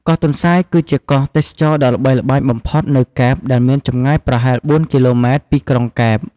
កោះទន្សាយ គឺជាកោះទេសចរណ៍ដ៏ល្បីល្បាញបំផុតនៅកែប ដែលមានចម្ងាយប្រហែល ៤ គីឡូម៉ែត្រពីក្រុងកែប។